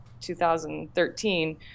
2013